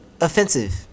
offensive